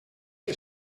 que